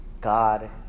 God